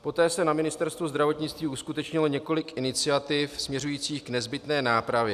Poté se na Ministerstvu zdravotnictví uskutečnilo několik iniciativ směřujících k nezbytné nápravě.